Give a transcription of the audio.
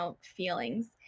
feelings